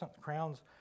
crowns